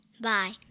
Bye